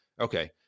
okay